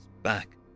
back